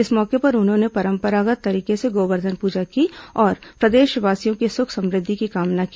इस मौके पर उन्होंने परंपरागत् तरीके से गोवर्धन पूजा की और प्रदेशवासियों की सुख समृद्धि की कामना की